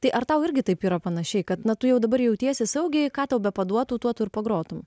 tai ar tau irgi taip yra panašiai kad na tu jau dabar jautiesi saugiai ką tau bepaduotų tuo tu ir pagrotum